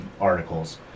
articles